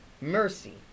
mercy